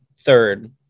third